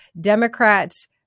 Democrats